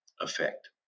effect